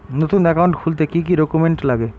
নতুন একাউন্ট খুলতে কি কি ডকুমেন্ট লাগে?